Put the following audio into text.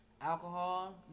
Alcohol